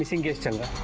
engaged, and